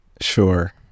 Sure